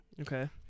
Okay